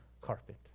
carpet